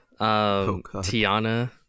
Tiana